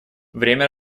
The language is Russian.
время